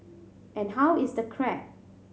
and how is the crab